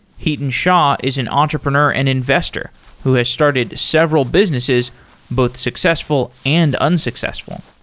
hiten shah is an entrepreneur and investor who has started several businesses both successful and unsuccessful.